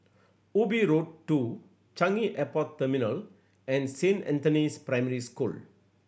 Ubi Road Two Changi Airport Terminal and Saint Anthony's Primary School